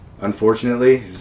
unfortunately